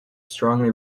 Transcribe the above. strongly